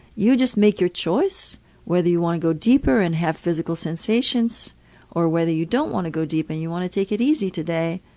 you just make your choice whether you want to go deeper and have physical sensations or whether you don't want to go deep and you want to take it easy today.